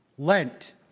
Lent